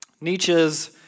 Nietzsche's